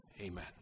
Amen